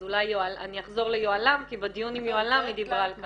אז אולי אני אחזור ליוהל"מ כי בדיון עם יוהל"מ היא דיברה על כך.